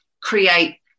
create